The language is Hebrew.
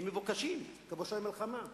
כי הם מבוקשים כפושעי מלחמה,